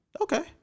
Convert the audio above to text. Okay